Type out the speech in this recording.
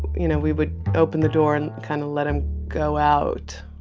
you know, we would open the door and kind of let him go out.